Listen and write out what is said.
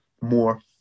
more